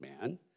man